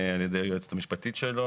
על ידי היועצת המשפטית שלו